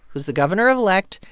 who's the governor-elect.